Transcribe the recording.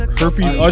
herpes